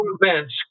events